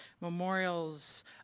memorials